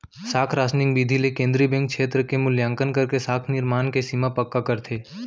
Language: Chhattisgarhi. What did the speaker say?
साख रासनिंग बिधि ले केंद्रीय बेंक छेत्र के मुल्याकंन करके साख निरमान के सीमा पक्का करथे